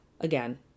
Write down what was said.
again